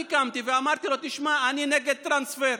אני קמתי ואמרתי לו: תשמע, אני נגד טרנספר.